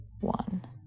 one